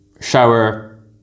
shower